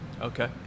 Okay